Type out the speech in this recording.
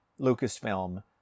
Lucasfilm